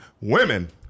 Women